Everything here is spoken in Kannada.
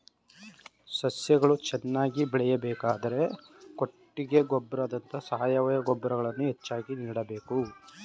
ಸಸ್ಯಗಳು ಚೆನ್ನಾಗಿ ಬೆಳೆಯಬೇಕಾದರೆ ಕೊಟ್ಟಿಗೆ ಗೊಬ್ಬರದಂತ ಸಾವಯವ ಗೊಬ್ಬರಗಳನ್ನು ಹೆಚ್ಚಾಗಿ ನೀಡಬೇಕು